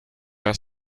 are